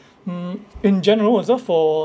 mm in general was that for